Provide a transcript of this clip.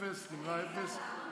אפס, נמנעים, אפס.